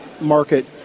market